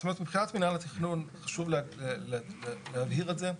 זאת אומרת, מבחינת מנהל התכנון חשוב להבהיר את זה.